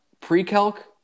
pre-calc